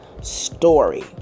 story